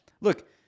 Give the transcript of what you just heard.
Look